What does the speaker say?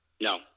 No